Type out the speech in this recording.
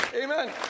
amen